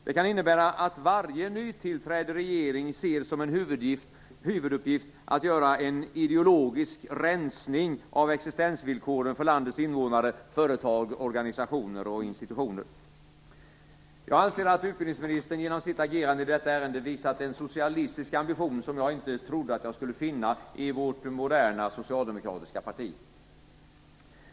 Det kan innebära att varje nytillträdd regering ser som sin huvuduppgift att göra en ideologisk rensning av existensvillkoren för landets invånare, företag, organisationer och institutioner. Jag anser att utbildningsministern genom sitt agerande i detta ärende visat en socialistisk ambition som jag inte trodde att jag skulle finna i vårt moderna socialdemokratiska parti.